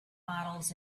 models